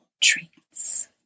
treats